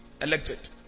elected